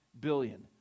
billion